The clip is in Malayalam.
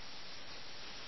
അവരെ നോക്കാൻ തന്നെ പേടിയാണ്